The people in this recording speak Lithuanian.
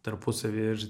tarpusavyje ir